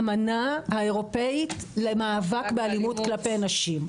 האמנה האירופאית למאבק באלימות כלפי נשים.